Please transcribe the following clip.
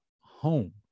home